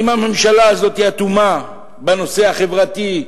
אם הממשלה הזאת אטומה בנושא החברתי,